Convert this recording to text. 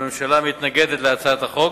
הממשלה מתנגדת להצעת החוק.